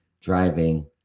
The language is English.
driving